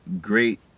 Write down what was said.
great